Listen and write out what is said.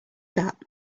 that